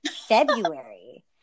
February